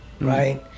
right